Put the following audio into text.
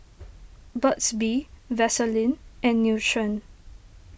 Burt's Bee Vaselin and Nutren